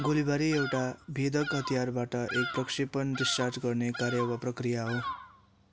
गोलीबारी एउटा भेदक हतियारबाट एक प्रक्षेपण डिस्चार्ज गर्ने कार्य वा प्रक्रिया हो